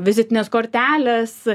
vizitinės kortelės